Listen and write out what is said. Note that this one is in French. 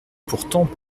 pourtant